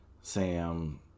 Sam